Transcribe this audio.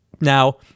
Now